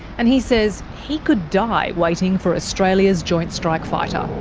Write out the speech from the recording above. and he says he could die waiting for australia's joint strike fighter.